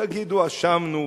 תגידו: אשמנו,